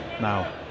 now